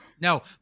No